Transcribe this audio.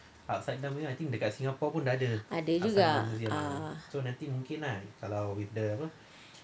ada juga ah